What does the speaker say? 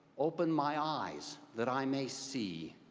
open my eyes that i may see.